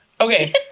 Okay